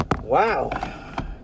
Wow